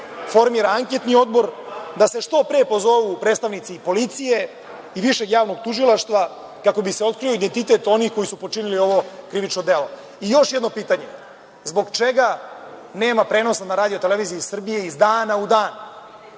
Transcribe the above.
formira anketni odbor, da se što pre pozovu predstavnici policije i Višeg javnog tužilaštva, kako bi se otkrio identitet onih koji su počinili ovo krivično delo. Još jedno pitanje – zbog čega nema prenosa na RTS iz dana u dan?